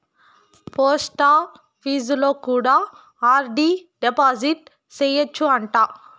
పోస్టాపీసులో కూడా RD deposit సేయచ్చు అంట